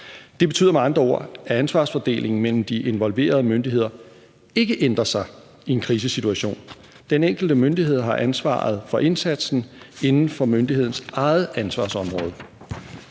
Det betyder med andre ord, at ansvarsfordelingen mellem de involverede myndigheder ikke ændrer sig i en krisesituation. Den enkelte myndighed har ansvaret for indsatsen inden for myndighedens eget ansvarsområde.